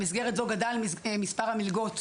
במסגרת זו גדל ויוגדל מספר המלגות